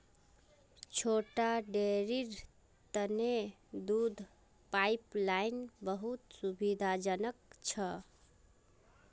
छोटा डेरीर तने दूध पाइपलाइन बहुत सुविधाजनक छ